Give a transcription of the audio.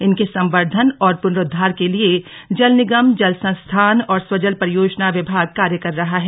इनके संवर्द्वन और पनरुद्वार के लिए जल निगम जल संस्थान और स्वजल परियोजना विभाग कार्य कर रहा है